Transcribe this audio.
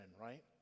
right